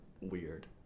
weird